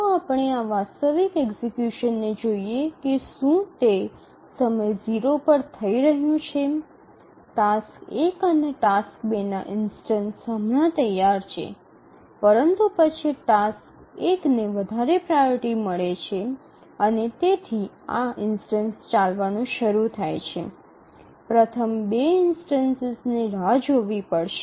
ચાલો આપણે આ વાસ્તવિક એક્ઝિક્યુશનને જોઈએ કે શું તે સમય 0 પર થઈ રહ્યું છે ટાસ્ક ૧ અને ટાસ્ક ૨ ના ઇન્સ્ટનસ હમણાં તૈયાર છે પરંતુ પછી ટાસ્ક ૧ ને વધારે પ્રાઓરિટી મળે છે અને તેથી આ ઇન્સ્ટનસ ચાલવાનું શરૂ થાય છે પ્રથમ ૨ ઇન્સ્ટનસિસને રાહ જોવી પડશે